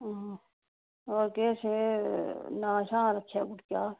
और केह् नांऽ शां रक्खेआ कुड़िये दा